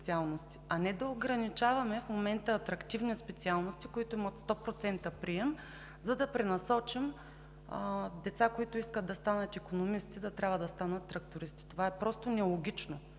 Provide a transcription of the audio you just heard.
а не да ограничаваме в момента атрактивни специалности, които имат 100% прием, за да пренасочим деца, които искат да станат икономисти, да трябва да станат трактористи. Това е просто нелогично,